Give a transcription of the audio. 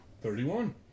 Thirty-one